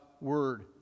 Word